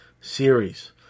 series